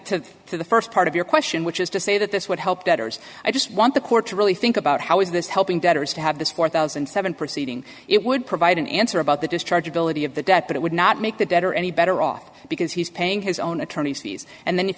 back to the first part of your question which is to say that this would help debtors i just want the court to really think about how is this helping debtors to have this four thousand and seven proceeding it would provide an answer about the discharge ability of the debt but it would not make the debtor any better off because he's paying his own attorney's fees and then if